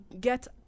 get